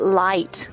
light